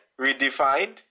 redefined